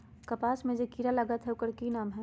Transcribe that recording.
कपास में जे किरा लागत है ओकर कि नाम है?